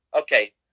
Okay